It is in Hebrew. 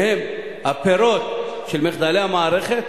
שהוא הפירות של מחדלי המערכת,